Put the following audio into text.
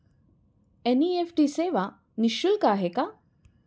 NEFT सेवा निःशुल्क आहे का?